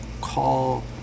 call